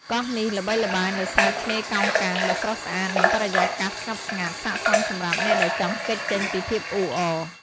កោះនេះល្បីល្បាញដោយសារឆ្នេរកោងកាងដ៏ស្រស់ស្អាត និងបរិយាកាសស្ងប់ស្ងាត់ ស័ក្តិសមសម្រាប់អ្នកដែលចង់គេចចេញពីភាពអ៊ូអរ។